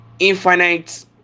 infinite